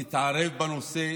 תתערב בנושא.